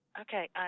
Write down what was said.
okay